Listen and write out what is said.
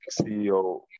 CEO